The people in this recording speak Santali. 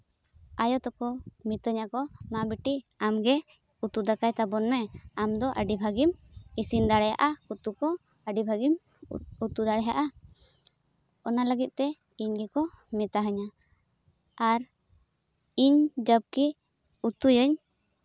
ᱟᱭᱳ ᱛᱟᱠᱚ ᱢᱤᱛᱟᱹᱧᱟ ᱠᱚ ᱢᱟ ᱵᱤᱴᱤ ᱟᱢ ᱜᱮ ᱩᱛᱩ ᱫᱟᱠᱟᱭ ᱛᱟᱵᱚᱱ ᱢᱮ ᱟᱢᱫᱚ ᱟᱹᱰᱤ ᱵᱷᱟᱹᱜᱤᱢ ᱤᱥᱤᱱ ᱫᱟᱲᱮᱭᱟᱜᱼᱟ ᱩᱛᱩ ᱠᱚ ᱟᱹᱰᱤ ᱵᱷᱟᱹᱜᱤᱢ ᱩᱛᱩ ᱫᱟᱲᱮᱭᱟᱜᱼᱟ ᱚᱱᱟ ᱞᱟᱹᱜᱤᱫ ᱛᱮ ᱤᱧ ᱜᱮᱠᱚ ᱢᱮᱛᱟ ᱤᱧᱟᱹ ᱟᱨ ᱤᱧ ᱡᱚᱵᱠᱤ ᱩᱛᱩᱭᱟᱹᱧ